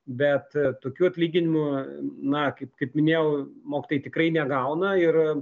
bet tokių atlyginimų na kaip kaip minėjau mokytojai tikrai negauna ir